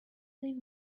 leave